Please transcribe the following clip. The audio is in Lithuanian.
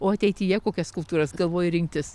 o ateityje kokias kultūras galvoji rinktis